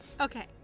okay